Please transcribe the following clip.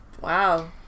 Wow